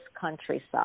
countryside